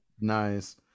Nice